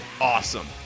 Awesome